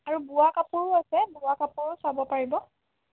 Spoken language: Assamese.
আৰু বোৱা কাপোৰো আছে বোৱা কাপোৰো চাব পাৰিব